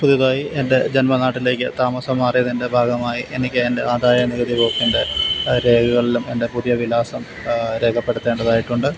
പുതിയതായി എൻ്റെ ജന്മനാട്ടിലേയ്ക്ക് താമസം മാറിയതിൻ്റെ ഭാഗമായി എനിക്ക് എൻ്റെ ആദായ നികുതി വകുപ്പിൻ്റെ രേഖകളിലും എൻ്റെ പുതിയ വിലാസം രേഖപ്പെടുത്തേണ്ടതായിട്ടുണ്ട്